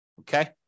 Okay